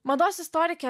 mados istorikė